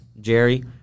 jerry